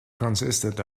consisted